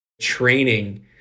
training